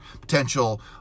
potential